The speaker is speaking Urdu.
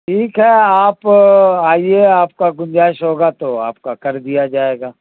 ٹھیک ہے آپ آئیے آپ کا گنجائش ہوگا تو آپ کا کر دیا جائے گا